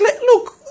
look